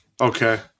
Okay